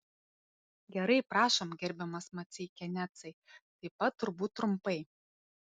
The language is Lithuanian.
gerai prašom gerbiamas maceikianecai taip pat turbūt trumpai